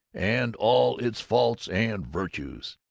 and all its faults and virtues.